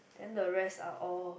then the rest are all